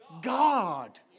God